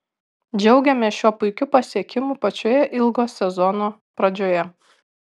džiaugiamės šiuo puikiu pasiekimu pačioje ilgo sezono pradžioje